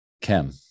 chem